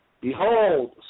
Behold